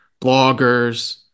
bloggers